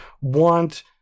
want